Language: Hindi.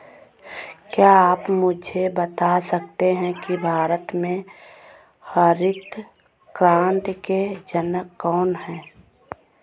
क्या आप मुझे बता सकते हैं कि भारत में हरित क्रांति के जनक कौन थे?